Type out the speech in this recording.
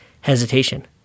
Hesitation